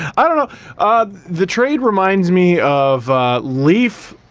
i don't know the trade reminds me of leaf